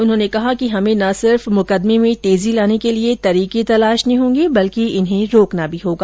उन्होंने कहा कि हमें न सिर्फ मुकदमे में तेजी लाने के लिए तरीके तलाशने होंगे बल्कि इन्हें रोकना भी होगा